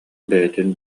бэйэтин